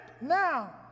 now